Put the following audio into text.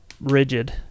rigid